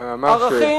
כבר אמרת.